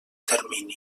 termini